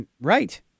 Right